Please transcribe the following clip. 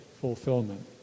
fulfillment